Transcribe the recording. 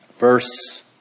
Verse